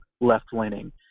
left-leaning